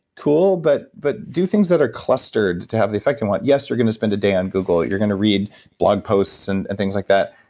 cool. but but do things that are clustered to have the effect and what. yes, you're going to spend a day on google you're going to read blog posts and and things like that.